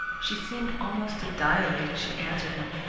she seemed almost to dilate as she answered him.